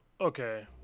okay